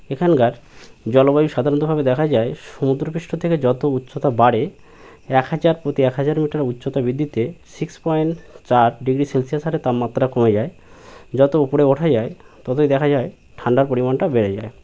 এখানকার জলবায়ু সাধারণতভাবে দেখা যায় সমুদ্রপৃষ্ঠ থেকে যত উচ্চতা বাড়ে এক হাজার প্রতি এক হাজার মিটার উচ্চতা বৃদ্ধিতে সিক্স পয়েন্ট চার ডিগ্রি সেলসিয়াস হারে তাপমাত্রা কমে যায় যত উপরে ওঠা যায় ততই দেখা যায় ঠান্ডার পরিমাণটা বেড়ে যায়